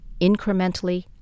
incrementally